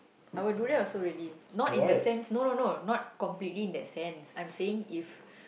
I would do that also really not in the sense no no no not completely in that sense I'm saying if